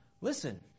Listen